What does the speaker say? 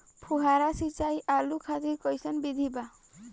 फुहारा सिंचाई आलू खातिर कइसन विधि बा?